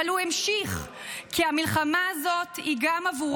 אבל הוא המשיך, כי המלחמה הזאת היא גם עבורם,